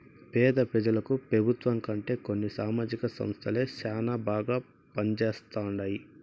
పేద పెజలకు పెబుత్వం కంటే కొన్ని సామాజిక సంస్థలే శానా బాగా పంజేస్తండాయి